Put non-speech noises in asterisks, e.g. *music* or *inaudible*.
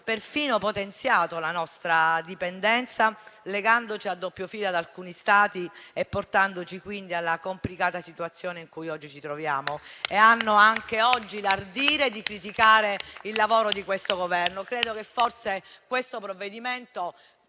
perfino potenziato la nostra dipendenza, legandoci a doppio filo ad alcuni Stati e portandoci alla complicata situazione in cui oggi ci troviamo. *applause* E hanno anche oggi l'ardire di criticare il lavoro di questo Governo. Mi permetto di dire che forse questo provvedimento